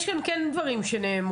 נאמר